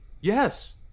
Yes